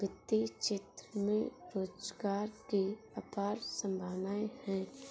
वित्तीय क्षेत्र में रोजगार की अपार संभावनाएं हैं